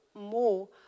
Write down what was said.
more